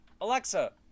Alexa